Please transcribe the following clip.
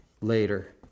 later